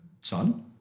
Son